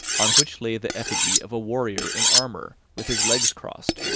on which lay the effigy of a warrior in armour, with his legs crossed,